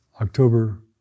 October